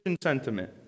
sentiment